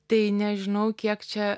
tai nežinau kiek čia